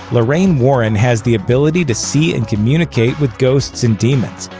lorraine warren has the ability to see and communicate with ghosts and demons.